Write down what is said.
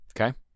okay